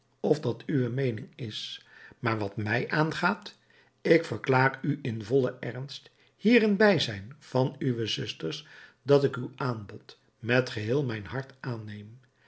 of dat uwe meening is maar wat mij aangaat ik verklaar u in vollen ernst hier in bijzijn van uwe zusters dat ik uw aanbod met geheel mijn hart aanneem